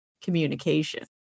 communication